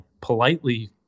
politely